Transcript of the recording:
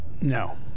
No